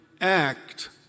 act